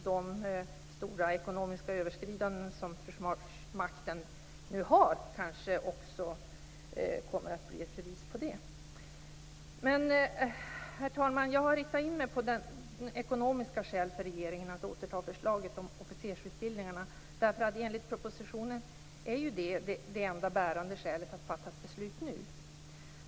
De stora ekonomiska överskridanden som Försvarsmakten nu gör kanske också kommer att bli ett bevis på det. Men, herr talman, jag har riktat in mig på ekonomiska skäl för regeringen att återta förslaget om officersutbildningarna, därför att det enligt propositionen är det enda bärande skälet att fatta beslut nu.